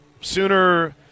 Sooner